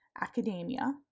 academia